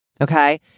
Okay